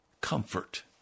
comfort